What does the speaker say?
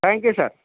thank you sir